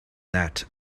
that